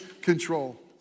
control